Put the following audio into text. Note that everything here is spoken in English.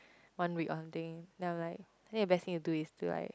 one week or something then I'm like think the best thing to do is to like